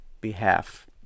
behalf